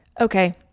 Okay